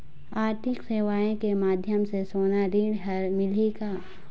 आरथिक सेवाएँ के माध्यम से सोना ऋण हर मिलही का?